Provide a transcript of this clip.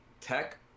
tech